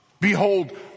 Behold